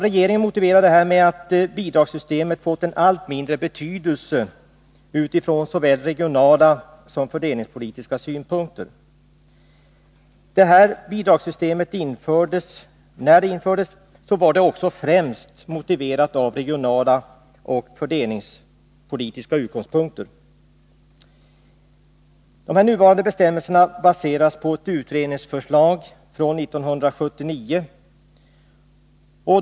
Regeringen motiverar detta med att bidragssystemet fått en allt mindre betydelse utifrån såväl regionalsom fördelningspolitiska synpunkter. När bidragssystemet infördes var det främst motiverat utifrån regionaloch fördelningspolitiska utgångspunkter. De nuvarande bestämmelserna baseras på ett utredningsförslag från 1979.